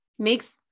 makes